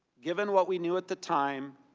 given what we knew at the time,